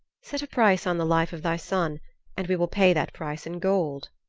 set a price on the life of thy son and we will pay that price in gold,